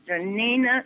nina